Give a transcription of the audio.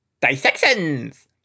Dissections